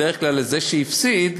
בדרך כלל לזה שהפסיד,